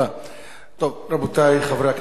טוב, רבותי חברי הכנסת,